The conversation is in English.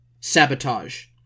Sabotage